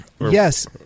Yes